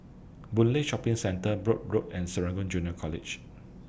Boon Lay Shopping Centre Brooke Road and Serangoon Junior College